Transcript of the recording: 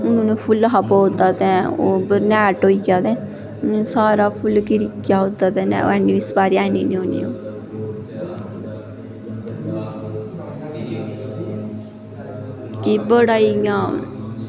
हुन फुल्ल हा पवा दा ते ओह् बरनैट होई गेआ ते हून सारा फुल्ल घिरिया ओह्दा तां इस बारी नी होनें हैन कि बड़ा ही इ'यां